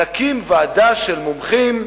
נקים ועדה של מומחים,